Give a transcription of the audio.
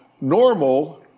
Normal